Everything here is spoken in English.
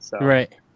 Right